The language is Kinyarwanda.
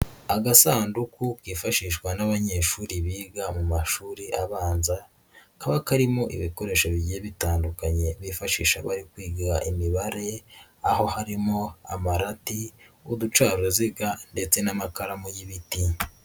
Agasanduku kifashishwa n'abanyeshuri biga mu mashuri abanza, kaba karimo ibikoresho bigiye bitandukanye bifashisha bari kwiga imibare, aho harimo amarati, uducaruziga ndetse n'amakaramu y'ibiti.